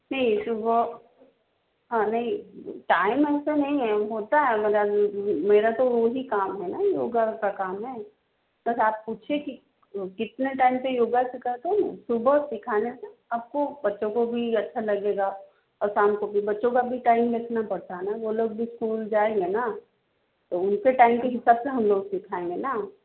नहीं सुबह हाँ नहीं टाइम ऐसा नहीं है होता है मेरा तो वही काम है ना योगा का काम है बस आप पूछिए कि कितने टाइम पर योगा सिखाते हैं सुबह सिखाने से आपको बच्चों को भी अच्छा लगेगा और शाम को भी बच्चों का भी टाइम देखना पड़ता है ना वह लोग भी इस्कूल जाएँगे ना तो उनके टाइम के हिसाब से हमलोग सिखाएँगे ना